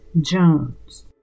Jones